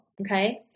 okay